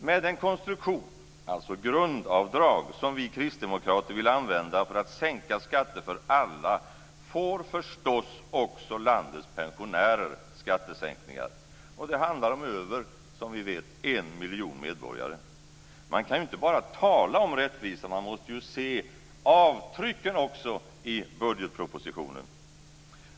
Med den konstruktion, dvs. grundavdrag, som vi kristdemokrater vill använda för att sänka skatter för alla får förstås också landets pensionärer skattesänkningar. Som vi vet handlar det om över en miljon medborgare. Man kan inte bara tala om rättvisa. Man måste också se avtrycken i budgetpropositionen.